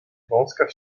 wąska